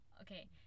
Okay